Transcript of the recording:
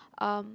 um